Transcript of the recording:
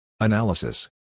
Analysis